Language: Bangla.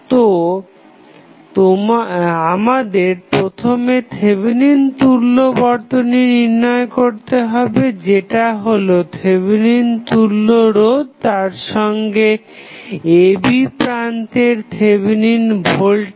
তো আমাদের প্রথমে থেভেনিন তুল্য বর্তনী নির্ণয় করতে হবে যেটা হলো থেভেনিন তুল্য রোধ তারসঙ্গে ab প্রান্তের থেভেনিন ভোল্টেজ